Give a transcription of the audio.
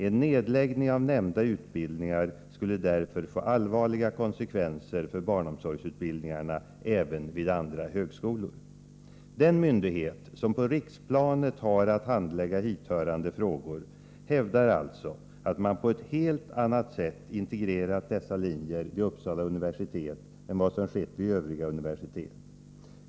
En nedläggning av nämnda utbildningar skulle därför få allvarliga konsekvenser för barnomsorgsutbildningarna även vid andra högskolor.” Den myndighet som på riksplanet har att handlägga hithörande frågor hävdar alltså att man på ett helt annat sätt integrerat dessa linjer vid Uppsala universitet än vad som skett vid övriga universitet.